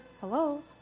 Hello